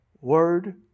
Word